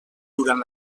durant